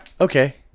Okay